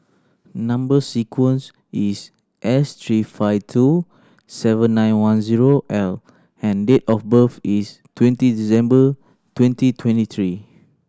number sequence is S three five two seven nine one zero L and date of birth is twenty December twenty twenty three